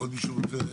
עוד מישהו רוצה?